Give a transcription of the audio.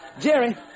Jerry